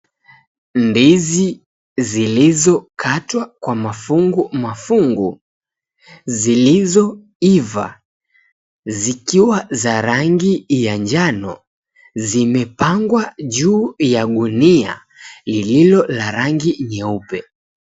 Ndizi zilizokatwa kwa mafungu mafungu zilizoiva zikiwa za rangi ya njano zimepangwa juu ya gunia lililo la rangi nyeupe.